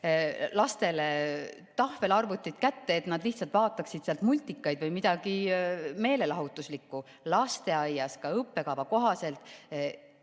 lastele tahvelarvutid kätte, et nad lihtsalt vaataksid sealt multikaid või midagi meelelahutuslikku. Lasteaias on ka õppekava kohaselt,